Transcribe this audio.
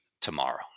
tomorrow